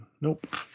Nope